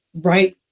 right